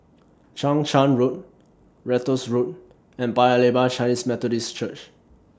Chang Charn Road Ratus Road and Paya Lebar Chinese Methodist Church